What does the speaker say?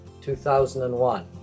2001